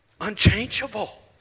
Unchangeable